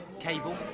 Cable